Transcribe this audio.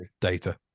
data